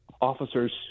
officers